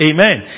Amen